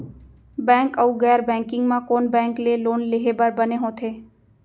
Bank अऊ गैर banking म कोन बैंक ले लोन लेहे बर बने होथे?